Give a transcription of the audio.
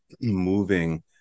moving